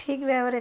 ଠିକ୍ ଭାବରେ